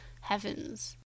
heavens